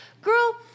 girl